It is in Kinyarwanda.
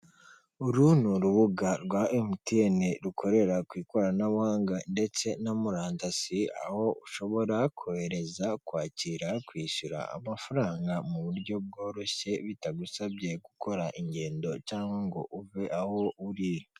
Uru ni urubuga rwa emutiyene rukorera ku ikoranabuhanga ndetse na murandasi, aho ushobora kohereza, kwakira, kwishyura amafaranga mu buryo bworoshye, bitagusabye gukora ingendo cyangwa ngo uve aho urira.